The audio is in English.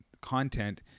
content